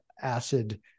acid